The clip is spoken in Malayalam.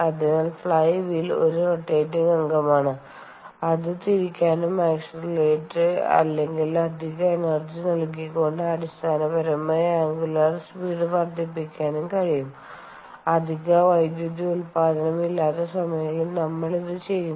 അതിനാൽ ഫ്ലൈ വീൽ ഒരു റൊറ്റേറ്റിങ് അംഗമാണ് അത് തിരിക്കാനും അക്സെലെരേറ്റ് അല്ലെങ്കിൽ അധിക എനർജി നൽകിക്കൊണ്ട് അടിസ്ഥാനപരമായി അംഗുലർ സ്പീഡ് വർദ്ധിപ്പിക്കാനും കഴിയും അധിക വൈദ്യുതി ഉൽപ്പാദനം ഇല്ലാത്ത സമയങ്ങളിൽ നമ്മൾ ഇത് ചെയ്യുന്നു